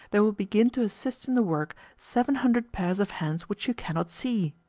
there will begin to assist in the work seven hundred pairs of hands which you cannot see.